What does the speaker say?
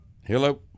hello